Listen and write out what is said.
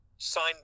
Sign